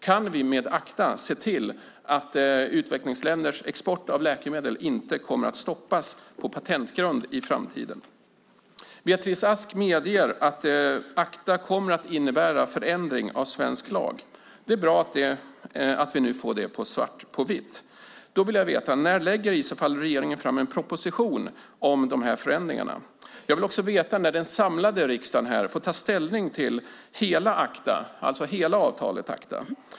Kan vi med ACTA se till att utvecklingsländers export av läkemedel inte kommer att stoppas på patentgrund i framtiden? Beatrice Ask medger att ACTA kommer att innebära förändring av svensk lag. Det är bra att vi nu får detta svart på vitt. Då vill jag veta: När lägger regeringen fram en proposition om de här förändringarna? Jag vill också veta när den samlade riksdagen ska få ta ställning till hela ACTA-avtalet.